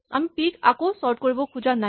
আমি পি ক আকৌ চৰ্ট কৰিব খোজা নাই